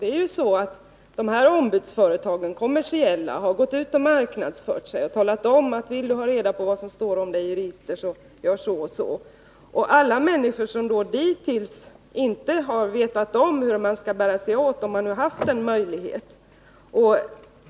Det är faktiskt så att de här kommersiella ombudsföretagen har gått ut och marknadsfört sig och talat om att den som vill ha reda på vad som står om sig själv i olika register kan göra så och så. Många människor har ju hittills inte vetat hur de skulle bära sig åt, trots att de haft dessa möjligheter.